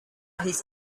his